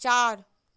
चार